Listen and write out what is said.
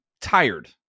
tired